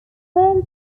firm